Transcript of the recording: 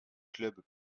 clubs